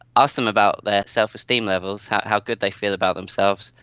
ask them about their self-esteem levels, how good they feel about themselves.